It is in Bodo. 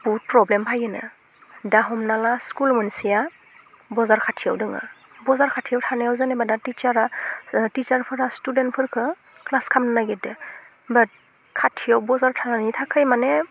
बुहुत प्रब्लेम फैयो नो दा हमना ला स्कुल मोनसेआ बजार खाथियाव दङ बजार खाथियाव थानायाव जेनबा दा टिसारआ टिसारफोरा स्टुदेन्थफोरखो ख्लास खालामनो नागिरदों बाट खाथियाव बजार थानायनि थाखाय माने